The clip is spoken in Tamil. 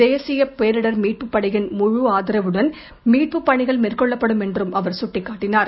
தேசிய பேரிடர் மீட்பு படையின் முழு ஆதரவுடன் மீட்பு பணிகள் மேற்கொள்ளப்படும் என்றும் அவர் சுட்டிக் காட்டினார்